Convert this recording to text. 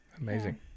Amazing